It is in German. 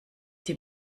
die